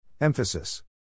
Emphasis